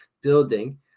building